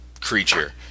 creature